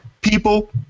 people